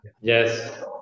Yes